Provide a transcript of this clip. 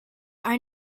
are